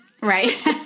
Right